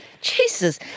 Jesus